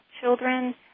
children